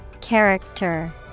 Character